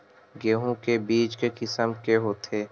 गेहूं के बीज के किसम के होथे?